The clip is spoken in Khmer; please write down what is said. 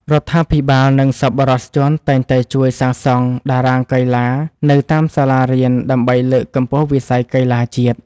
រដ្ឋាភិបាលនិងសប្បុរសជនតែងតែជួយសាងសង់តារាងកីឡានៅតាមសាលារៀនដើម្បីលើកកម្ពស់វិស័យកីឡាជាតិ។